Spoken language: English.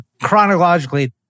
chronologically